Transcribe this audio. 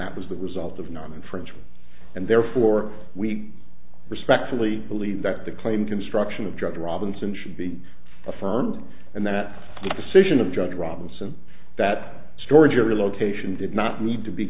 that was the result of naaman french and therefore we respectfully believe that the claim construction of dr robinson should be affirmed and that the decision of judge robinson that storage or relocation did not need to be